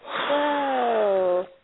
Whoa